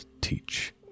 teach